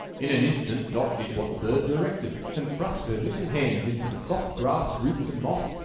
in an instant dot did what the bird directed, and thrust her little hands into the soft grass roots and moss,